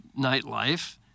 nightlife